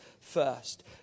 first